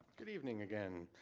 good evening again,